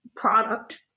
product